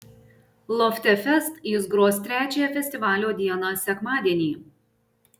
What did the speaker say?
lofte fest jis gros trečiąją festivalio dieną sekmadienį